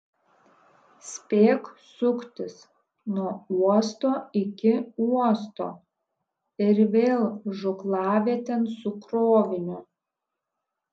spėk suktis nuo uosto iki uosto ir vėl žūklavietėn su kroviniu